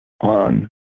on